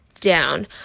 down